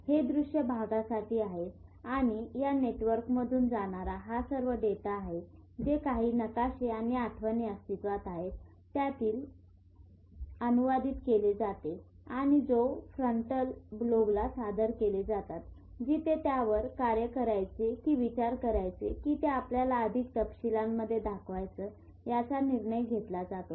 हे दृश्य भागासाठी आहे आणि या नेटवर्कमधून जाणारा हा सर्व डेटा जे काही नकाशे आणि आठवणी अस्तित्त्वात आहेत त्याला अनुवादित केले जाते आणि ते फ्रंटल लोबला सादर केले जातात जिथे त्यावर कार्य करायचे की विचार करायचे कि ते आपल्याला अधिक तपशीलांमध्ये दाखवायचं याचा निर्णय घेतला जातो